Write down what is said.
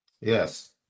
Yes